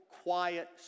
Quiet